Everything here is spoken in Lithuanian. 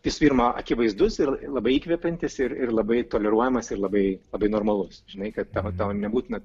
visų pirma akivaizdus ir labai įkvepiantis ir labai toleruojamas ir labai labai normalus žinai kad tavo tau nebūtina